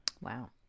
Wow